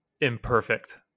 imperfect